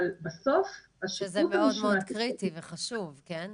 אבל בסוף -- שזה מאוד מאוד קריטי וחשוב, כן?